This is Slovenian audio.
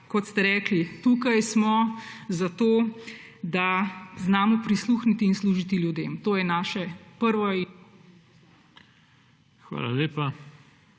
kot ste rekli, tukaj smo zato, da znamo prisluhniti in služiti ljudem. To je naše prvo in …/ izklop